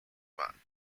man